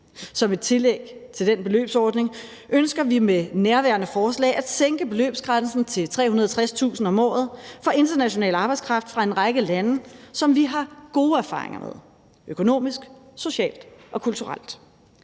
Som et tillæg til den beløbsordning ønsker vi med nærværende forslag at sænke beløbsgrænsen til 360.000 kr. om året for international arbejdskraft fra en række lande, som vi har gode erfaringer med – økonomisk, socialt og kulturelt.